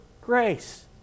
grace